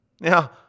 Now